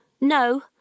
No